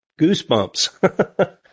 goosebumps